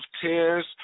tears